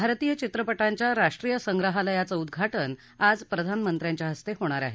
भारतीय चित्रपटांच्या राष्ट्रीय संग्रहालयाचं उद्घाटन आज प्रधानमंत्र्यांच्या हस्ते होणार आहे